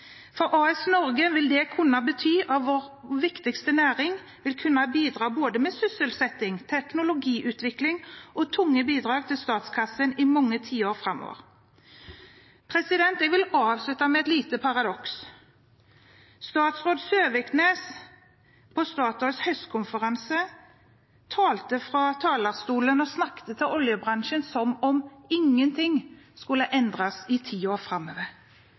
For AS Norge vil det kunne bety at vår viktigste næring vil kunne bidra med både sysselsetting og teknologiutvikling og bidra tungt til statskassen i mange tiår framover. Jeg vil avslutte med et lite paradoks. Statsråd Søviknes talte på Statoils høstkonferanse og snakket fra talerstolen til oljebransjen som om ingenting skulle endres i tiden framover.